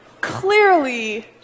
Clearly